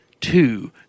two